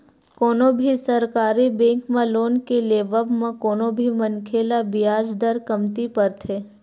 कोनो भी सरकारी बेंक म लोन के लेवब म कोनो भी मनखे ल बियाज दर कमती परथे